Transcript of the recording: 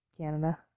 Canada